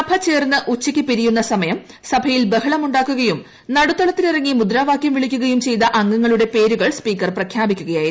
സഭ ചേർന്ന് ഉച്ചയ്ക്ക് പിരിയുന്ന സമയം സഭയിൽ ബഹളം ഉ ാക്കുകയും നടുത്തളത്തിലിറങ്ങി മുദ്രാവാകൃം വിളിയ്ക്കുകയും ചെയ്ത അംഗങ്ങളുടെ പേരുകൾ സ്പീക്കർ പ്രഖ്യാപിക്കുകയായിരുന്നു